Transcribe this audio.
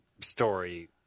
story